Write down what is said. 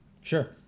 Sure